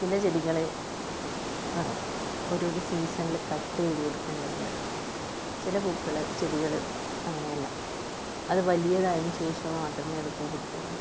ചില ചെടികള് ഓരോരോ സീസണിൽ കട്ട് ചെയ്തു കൊടുക്കേണ്ടതുണ്ട് ചെല പൂക്കള് ചെടികള് അങ്ങനെയല്ല അത് വലിയതായതിന് ശേഷം മാത്രമേ അത് പൂ പിടിക്കുന്നുള്ളു